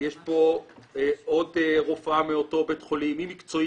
יש פה עוד רופאה מאותו בית חולים: היא מקצועית,